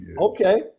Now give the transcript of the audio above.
Okay